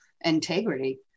integrity